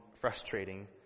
frustrating